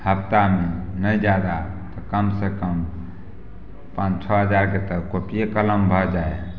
हर हफ्ता नहि जादा तऽ कम सँ कम पाँच छओ हजारके तऽ कोपिये कलम भऽ जाइ हइ